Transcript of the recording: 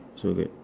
so okay